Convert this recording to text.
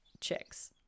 chicks